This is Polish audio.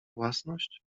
własność